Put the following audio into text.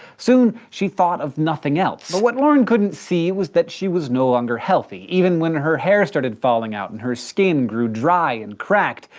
soon, she thought of nothing else. but what lauren couldn't see was that she was no longer healthy. even when her hair started falling out and her skin grew dry and cracked,